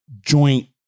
joint